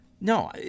No